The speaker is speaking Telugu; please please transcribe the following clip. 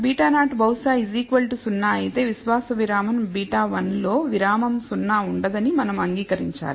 β0 బహుశా 0 అయితే విశ్వాస విరామం β1 లో విరామం 0 ఉండదని మనం అంగీకరించాలి